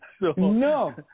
No